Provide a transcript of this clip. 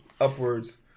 upwards